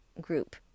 group